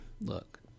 look